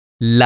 La